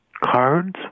Cards